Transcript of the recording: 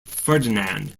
ferdinand